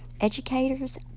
educators